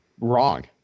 wrong